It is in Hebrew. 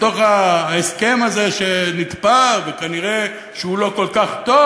מתוך ההסכם הזה, שנתפר, וכנראה הוא לא כל כך טוב,